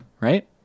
right